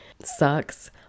sucks